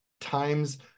times